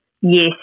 Yes